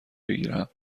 بگیرم